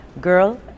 girl